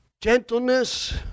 gentleness